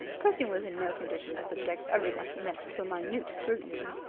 percy was in no condition to subject everyone he met to a minute scrutiny.